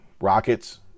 rockets